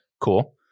Cool